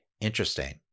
Interesting